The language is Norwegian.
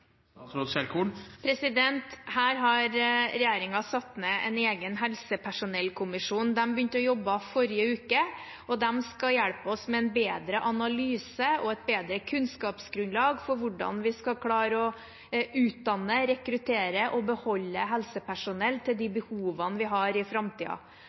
Her har regjeringen satt ned en egen helsepersonellkommisjon. De begynte å jobbe i forrige uke, og de skal hjelpe oss med en bedre analyse og et bedre kunnskapsgrunnlag for hvordan vi skal klare å utdanne, rekruttere og beholde helsepersonell til de behovene vi har i